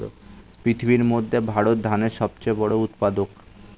পৃথিবীর মধ্যে ভারত ধানের সবচেয়ে বড় উৎপাদক